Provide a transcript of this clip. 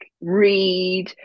read